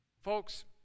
Folks